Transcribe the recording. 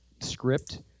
script